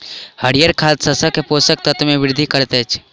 हरीयर खाद शस्यक पोषक तत्व मे वृद्धि करैत अछि